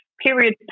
period